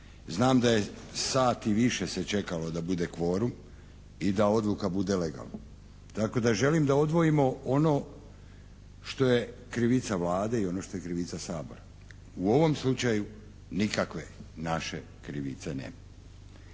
Znam da je sat i više se čekalo da bude kvorum i da odluka bude legalna. Tako da želim da odvojimo ono što je krivica Vlade i ono što je krivica Sabora. U ovom slučaju nikakve naše krivice nema.